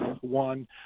one